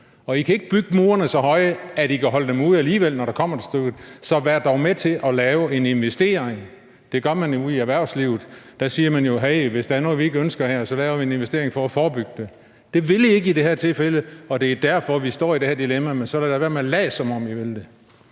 alligevel ikke bygge murene så høje, at I kan holde dem ude, når det kommer til stykket. Så vær dog med til at lave en investering! Det gør man jo ude i erhvervslivet; der siger man jo: Hey, hvis der er noget, vi ikke ønsker her, så laver vi en investering for at forebygge det. Det vil I ikke i det her tilfælde, og det er derfor, vi står i det her dilemma. Men så lad dog være med at lade, som om I vil det!